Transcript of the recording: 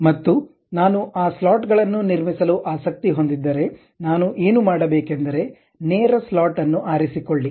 ಮತ್ತು ನಾನು ಆ ಸ್ಲಾಟ್ಗಳನ್ನು ನಿರ್ಮಿಸಲು ಆಸಕ್ತಿ ಹೊಂದಿದ್ದರೆ ನಾನು ಏನು ಮಾಡಬೇಕೆಂದರೆ ನೇರ ಸ್ಲಾಟ್ ಅನ್ನು ಆರಿಸಿಕೊಳ್ಳಿ